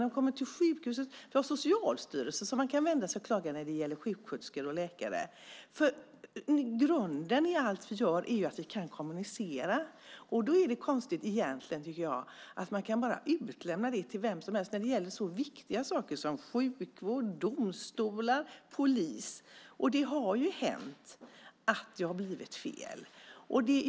Om man vill klaga på sjuksköterskor och läkare inom sjukvården kan man vända sig till Socialstyrelsen. Grunden i allt vi gör är att vi kan kommunicera. Då tycker jag att det är konstigt att man kan lämna över detta till vem som helst när det gäller så viktiga saker som sjukvård, domstolar och polis. Det har hänt att det har blivit fel.